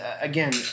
again